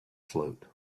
float